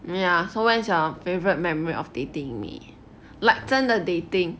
ya so what's your favourite memory of dating me like 真的 dating